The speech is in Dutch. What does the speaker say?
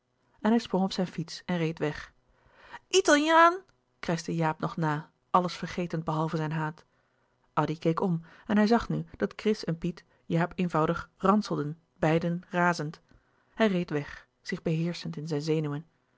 en hij sprong op zijn fiets en reed weg italiaan krijschte jaap nog na alles vergetend behalve zijn haat addy keek om en hij zag nu dat chris en louis couperus de boeken der kleine zielen piet jaap eenvoudig ranselden beiden razend hij reed weg zich beheerschend in zijn zenuwen